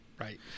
Right